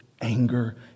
anger